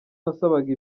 nasabaga